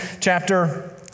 chapter